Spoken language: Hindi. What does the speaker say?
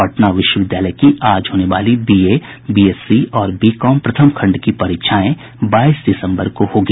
पटना विश्वविद्यालय की आज होने वाली बीए बीएससी और बी कॉम प्रथम खंड की परीक्षाएं बाईस दिसम्बर को होगी